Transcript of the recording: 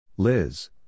Liz